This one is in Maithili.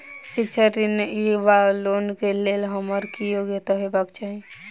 शिक्षा ऋण वा लोन केँ लेल हम्मर की योग्यता हेबाक चाहि?